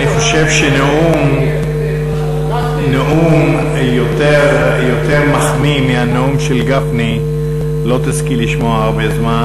אני חושב שנאום יותר מחמיא מהנאום של גפני לא תזכי לשמוע הרבה זמן.